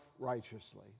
righteously